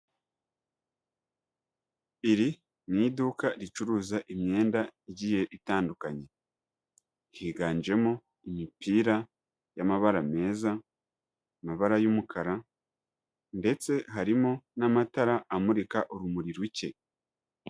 Iri ni iduka ricuruza imyenda igiye itandukanye, higanjemo imipira y'amabara meza, amabara y'umukara ndetse harimo n'amatara amurika urumuri ruke.